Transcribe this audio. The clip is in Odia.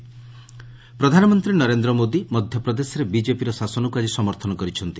ପିଏମ୍ ର୍ୟାଲି ପ୍ରଧାନମନ୍ତ୍ରୀ ନରେନ୍ଦ୍ର ମୋଦି ମଧ୍ୟପ୍ରଦେଶରେ ବିକେପିର ଶାସନକୁ ଆଜି ସମର୍ଥନ କରିଛନ୍ତି